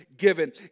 given